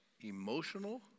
emotional